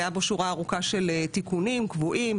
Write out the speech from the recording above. היה בו שורה ארוכה של תיקונים קבועים.